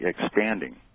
expanding